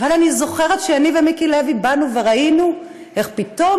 אבל אני זוכרת שאני ומיקי לוי באנו וראינו איך פתאום